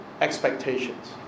expectations